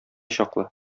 чаклы